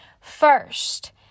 first